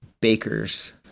Bakers